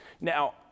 Now